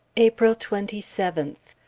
april twenty seventh.